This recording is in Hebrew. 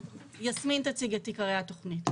יסמין תציג את עיקרי התכנית.